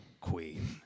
Queen